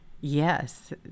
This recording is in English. Yes